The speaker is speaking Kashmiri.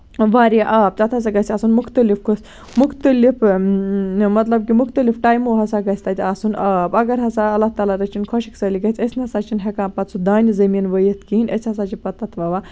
واریاہ آب تَتھ ہسا گژھِ آسُن مُختٔلِف مُختٔلِف مطلب کہِ مُختٔلِف ٹایمو ہسا گژھِ تَتہِ آسُن آب اَگر ہسا اللہ تعالیٰ رٔچھِنۍ خۄشٕک سٲلی گژھِ أسۍ نسا چھِنہٕ ہٮ۪کان پتہٕ سُہ دانہِ زٔمیٖن وٕیِتھ کِہینۍ أسۍ ہسا چھِ پَتہٕ تَتھ وَوان